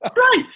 Right